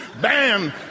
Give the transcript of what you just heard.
bam